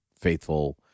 faithful